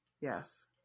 Yes